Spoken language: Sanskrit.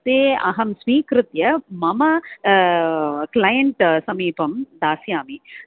ते अहं स्वीकृत्य मम क्लैण्ट् समीपं दास्यामि